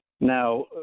Now